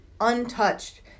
untouched